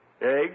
eggs